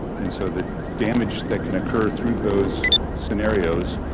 and so the damage that can occur through those scenarios,